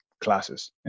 classes